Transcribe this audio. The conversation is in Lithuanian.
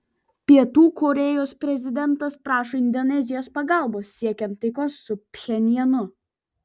pietų korėjos prezidentas prašo indonezijos pagalbos siekiant taikos su pchenjanu